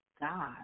God